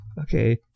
Okay